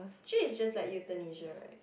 actually is just like euthanasia right